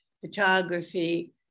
photography